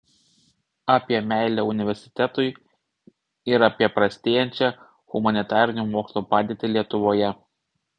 apie meilę universitetui ir apie prastėjančią humanitarinių mokslų padėtį lietuvoje